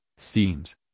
themes